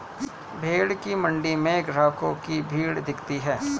भेंड़ की मण्डी में ग्राहकों की भीड़ दिखती है